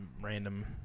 random